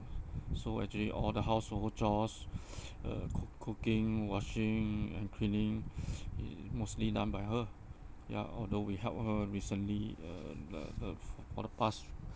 so actually all the household chores uh cook~ cooking washing and cleaning is mostly done by her ya although we help her recently uh uh uh for for the past